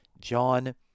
John